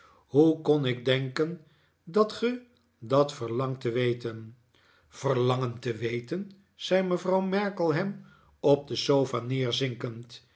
hoe kon ik denken dat ge dat verlangdet te weten verlangen te weten zei mevrouw markleham op de sofa